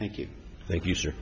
thank you thank you sir